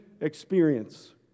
experience